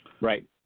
Right